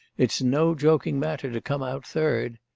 it's no joking matter to come out third!